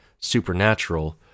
supernatural